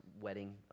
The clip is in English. wedding